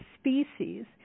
species